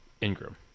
Ingram